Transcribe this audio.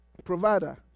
Provider